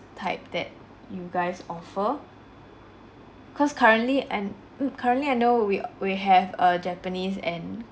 type that you guys offer cause currently and mm currently I know we we have a japanese and